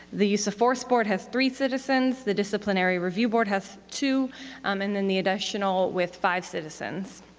the use of force board has three citizens, the disciplinary review board has two um and then the additional with five citizens.